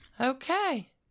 Okay